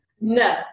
No